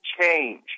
change